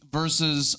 versus